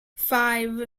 five